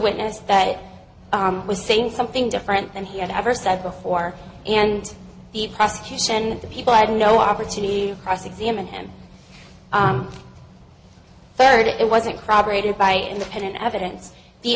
witness that was saying something different than he had ever said before and the prosecution and the people had no opportunity cross examine him faired it wasn't crabbe rated by independent evidence the